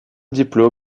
diplôme